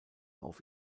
auf